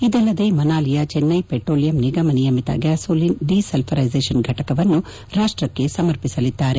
ಇದಲ್ಲದೆ ಮನಾಲಿಯ ಚೆನ್ನೈ ಪೆಟ್ರೋಲಿಯಂ ನಿಗಮ ನಿಯಮಿತ ಗ್ಲಾಸೋಲಿನ್ ಡಿಡೆಸಲ್ಪರ್ಲೆಸೇಷನ್ ಫಟಕವನ್ನು ರಾಷ್ಟಕ್ಕೆ ಸಮರ್ಪಣೆ ಮಾಡಲಿದ್ದಾರೆ